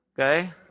Okay